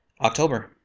October